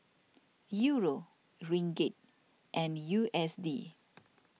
Euro Ringgit and U S D